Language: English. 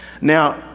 Now